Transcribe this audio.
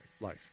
life